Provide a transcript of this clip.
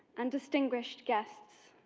and distinguished guests.